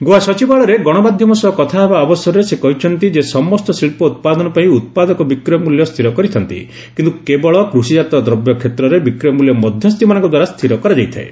ଗୋଆ ସଚିବାଳୟରେ ଗଣମାଧ୍ୟମ ସହ କଥା ହେବା ଅବସରରେ ସେ କହିଛନ୍ତି ଯେ ସମସ୍ତ ଶିଳ୍ପ ଉତ୍ପାଦନ ପାଇଁ ଉତ୍ପାଦକ ବିକ୍ରୟ ମୂଲ୍ୟ ସ୍ଥିର କରିଥାନ୍ତି କିନ୍ତୁ କେବଳ କୃଷିଜାତ ଦ୍ରବ୍ୟ କ୍ଷେତ୍ରରେ ବିକ୍ରୟ ମୂଲ୍ୟ ମଧ୍ୟସ୍ଥିମାନଙ୍କ ଦ୍ୱାର ସ୍ଥିର କରାଯାଇଥାଏ